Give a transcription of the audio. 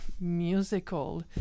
musical